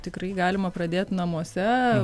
tikrai galima pradėt namuose